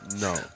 No